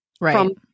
Right